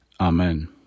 Amen